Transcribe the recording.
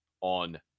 on